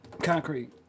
Concrete